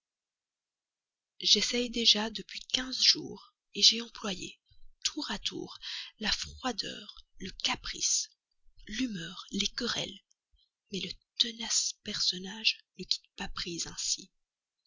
j'essaie déjà depuis près de quinze jours j'ai employé tour à tour la froideur le caprice l'humeur les querelles mais le tenace personnage ne quitte pas prise ainsi